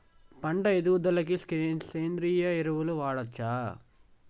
పంట ఎదుగుదలకి సేంద్రీయ ఎరువులు వాడచ్చా?